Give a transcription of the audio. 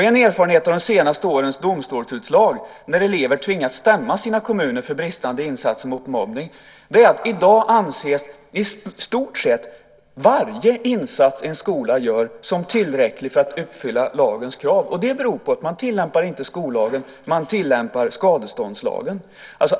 En erfarenhet av de senaste årens domstolsutslag, när elever har tvingats stämma sina kommuner för bristande insatser mot mobbning, är att i stort sett varje insats som en skola gör i dag anses som tillräcklig för att uppfylla lagens krav. Och det beror på att man inte tillämpar skollagen. Man tillämpar skadeståndslagen.